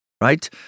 right